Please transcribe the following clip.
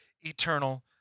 eternal